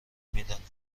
میدانیم